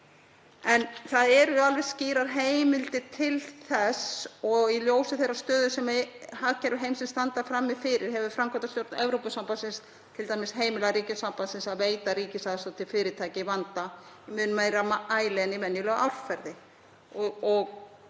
En það eru alveg skýrar heimildir til þess, og í ljósi þeirrar stöðu sem hagkerfi heimsins standa frammi fyrir hefur framkvæmdastjórn Evrópusambandsins heimilað ríkjum sambandsins að veita ríkisaðstoð til fyrirtækja í vanda í mun meira mæli en í venjulegu árferði.